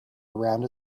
around